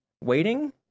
waiting